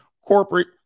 corporate